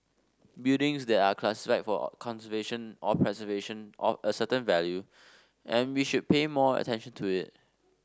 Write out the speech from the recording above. buildings that are classified for conservation or preservation or a certain value and we should pay more attention to it